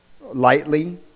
Lightly